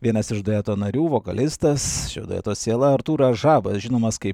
vienas iš dueto narių vokalistas šio dueto siela artūras žabas žinomas kaip